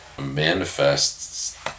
manifests